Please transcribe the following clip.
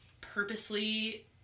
purposely